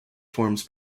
forms